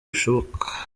bishoboka